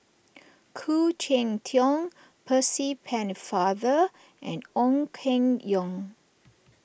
Khoo Cheng Tiong Percy Pennefather and Ong Keng Yong